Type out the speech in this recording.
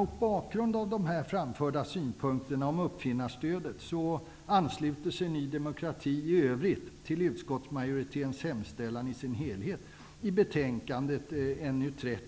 Mot bakgrund av de här framförda synpunkterna om uppfinnarstödet ansluter vi i Ny demokrati oss i övrigt till utskottsmajoriteten och yrkar bifall till utskottets hemställan i dess helhet vad gäller betänkandet NU30.